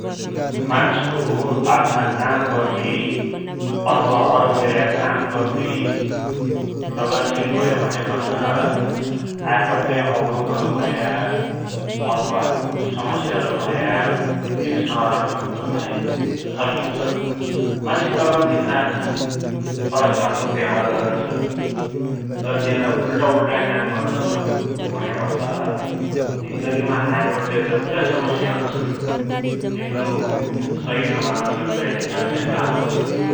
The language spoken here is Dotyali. मान्सु आफ्ना कामप्रति अथवा औरले गर्या कामप्रति लगनशिल भयो भुण्यापाछा आइपड्या अवरोधहरु भया, अथवा समस्याहरु भया, तिन समाधान गद्दु चाही सकिन्छ । मान्सु लगनशिल नाइथिन, फरक खालको व्याहार गरुन्छ, जन्जेलै उल्टा उल्टाइ काम गरुन्छ, भुण्यापाछा जीन्दगीमा आइपड्या जतिलै समस्याहरु छन् तिनरो सही समाधान गद्दाकीलेखा चाही गाह्रो हुन्छ ।